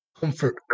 Comfort